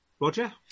Roger